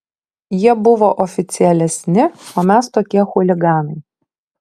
jie buvo oficialesni o mes tokie chuliganai